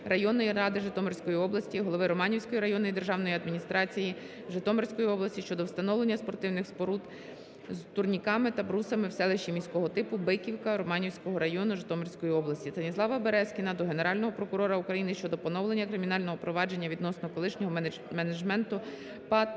районної ради Житомирської області, голови Романівської районної державної адміністрації Житомирської області щодо встановлення спортивних споруд з турніками та брусами в селищі міського типу Биківка Романівського району, Житомирської області. Станіслава Березкіна до Генерального прокурора України щодо поновлення кримінального провадження відносно колишнього менеджменту ПАТ